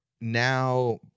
now